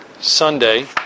Sunday